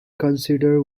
considered